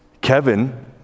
Kevin